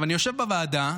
אני יושב בוועדה,